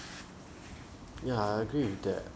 yeah I agree with that